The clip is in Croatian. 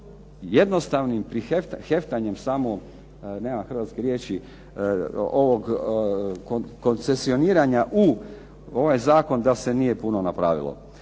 jednostavnim heftanjem samo, nema hrvatske riječi, ovog koncesioniranja u ovaj zakon da se nije puno napravilo.